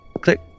click